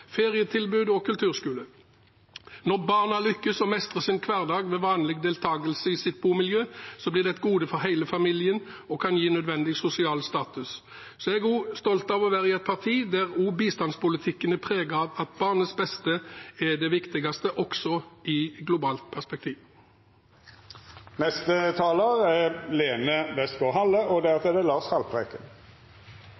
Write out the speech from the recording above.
ferietilbud og kulturskoler. Når barna lykkes og mestrer sin hverdag ved vanlig deltakelse i sitt bomiljø, blir det et gode for hele familien og kan gi nødvendig sosial status. Så er jeg også stolt av å være i et parti der bistandspolitikken er preget av at barnets beste er det viktigste, også i et globalt perspektiv. Politikere som konstruerer konflikt, for så å utnytte den til egen fordel, er det